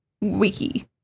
wiki